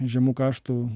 žemų kaštų